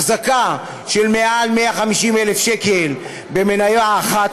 החזקה של מעל 150,000 שקל במניה אחת